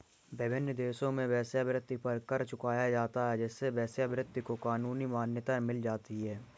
विभिन्न देशों में वेश्यावृत्ति पर कर चुकाया जाता है जिससे वेश्यावृत्ति को कानूनी मान्यता मिल जाती है